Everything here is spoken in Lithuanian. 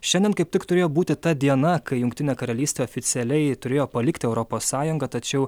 šiandien kaip tik turėjo būti ta diena kai jungtinė karalystė oficialiai turėjo palikti europos sąjungą tačiau